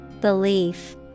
Belief